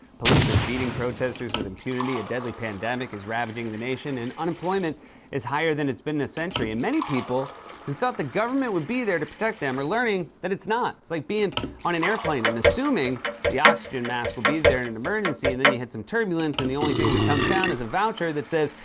police are beating protesters with impunity, a deadly pandemic is ravaging the nation, and unemployment is higher than it's been in a century. and many people who thought the government would be there to protect them are learning that it's not. it's like being on an airplane and assuming the oxygen mask will be there in an emergency, and then you hit some turbulence and the only thing that comes down is a voucher that says,